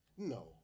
No